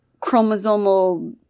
chromosomal